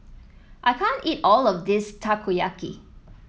I can't eat all of this Takoyaki